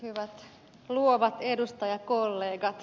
hyvät luovat edustajakollegat